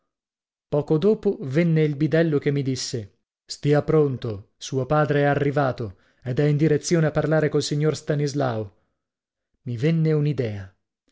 poco dopo venne il bidello che mi disse stia pronto suo padre è arrivato ed è in direzione a parlare col signor tanislao i venne